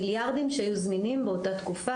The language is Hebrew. מיליארדים שהיו זמינים באותה תקופה,